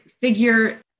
figure